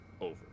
over